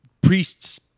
priests